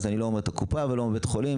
אני לא מציין את הקופה או את בית החולים,